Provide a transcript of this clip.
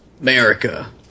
America